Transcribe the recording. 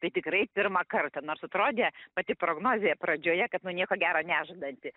tai tikrai pirmą kartą nors atrodė pati prognozė pradžioje kad nu nieko gero nežadanti